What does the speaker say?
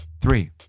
three